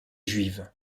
juive